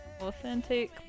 Authentic